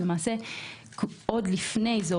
למעשה עוד לפני כן,